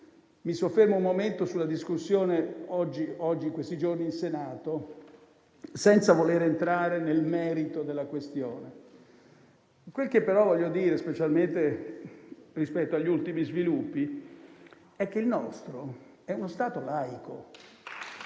Mi soffermo un momento sulla discussione in corso in questi giorni in Senato, senza voler entrare nel merito della questione. Ciò che però voglio dire, specialmente rispetto agli ultimi sviluppi, è che il nostro è uno Stato laico